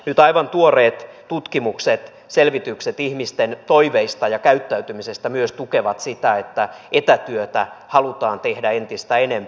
nyt aivan tuoreet tutkimukset selvitykset ihmisten toiveista ja käyttäytymisestä myös tukevat sitä että etätyötä halutaan tehdä entistä enempi